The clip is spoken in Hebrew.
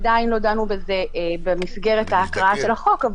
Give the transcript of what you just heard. עדיין לא דנו בזה במסגרת ההקראה של החוק,